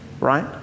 right